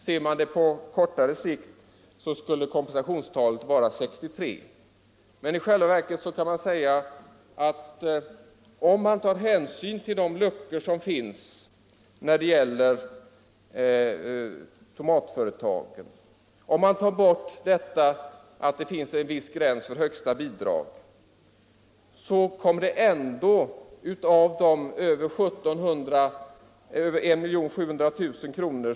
Ser man den på kortare sikt, skall kompensationstalet vara 63. Om man tar hänsyn till de problem som finns när det gäller vissa tomatföretag och till att det finns en viss gräns för högsta bidrag, kommer det ändå av de över 1700 000 kr.